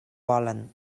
volen